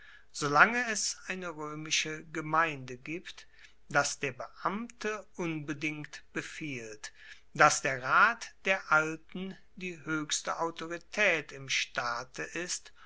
solange es eine roemische gemeinde gibt dass der beamte unbedingt befiehlt dass der rat der alten die hoechste autoritaet im staate ist